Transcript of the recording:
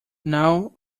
now